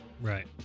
Right